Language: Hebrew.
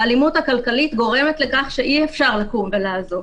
האלימות הכלכלית גורמת לכך שאי אפשר לקום ולעזוב.